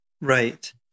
Right